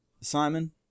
Simon